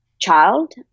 child